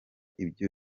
ibyo